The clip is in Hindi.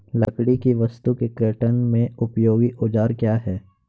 लकड़ी की वस्तु के कर्तन में उपयोगी औजार क्या हैं?